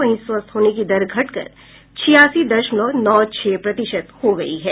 वहीं स्वस्थ होने की दर घट कर छियासी दशमलव नौ छह प्रतिशत हो गई है